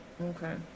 Okay